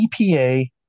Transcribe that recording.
EPA